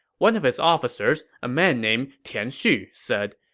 one of his officers, a man named tian xu, said,